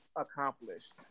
accomplished